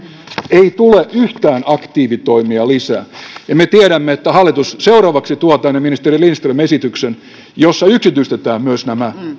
ei tule yhtään aktiivitoimia lisää ja me tiedämme että hallitus ministeri lindström seuraavaksi tuo tänne esityksen jossa yksityistetään nämä